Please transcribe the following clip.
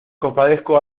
compadezco